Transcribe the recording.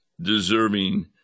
deserving